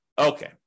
Okay